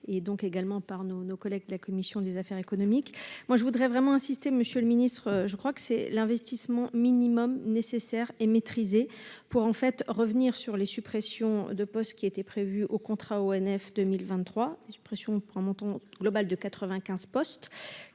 et donc également par nos, nos collègues de la commission des affaires économiques, moi je voudrais vraiment insister, Monsieur le Ministre, je crois que c'est l'investissement minimum nécessaire et maîtrisé pour en fait revenir sur les suppressions de postes qui était prévu au contrat ONF 2023 suppressions pour un montant global de 95 postes